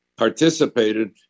participated